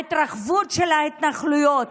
ההתרחבות של ההתנחלויות.